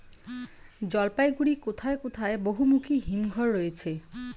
জলপাইগুড়ি জেলায় কোথায় বহুমুখী হিমঘর রয়েছে?